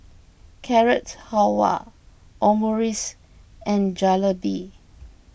Carrot Halwa Omurice and Jalebi